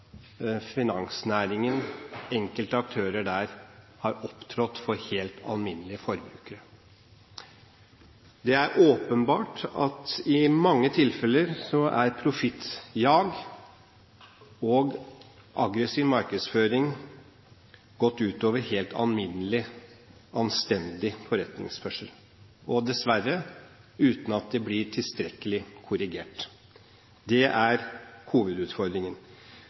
enkelte aktører i finansnæringen har opptrådt overfor helt alminnelige forbrukere. Det er åpenbart at i mange tilfeller har profittjag og aggressiv markedsføring gått ut over helt alminnelig anstendig forretningsførsel, og dessverre uten at det har blitt tilstrekkelig korrigert. Det er hovedutfordringen.